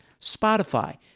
Spotify